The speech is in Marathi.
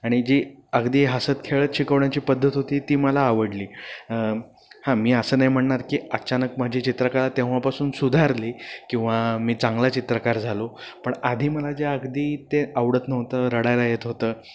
आणि जी अगदी हसत खेळत शिकवण्याची पद्धत होती ती मला आवडली हां मी असं नाही म्हणणार की अचानक माझी चित्रकला तेव्हापासून सुधारली किंवा मी चांगला चित्रकार झालो पण आधी मला जे अगदी ते आवडत नव्हतं रडायला येत होतं